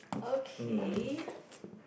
okay